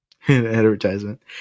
Advertisement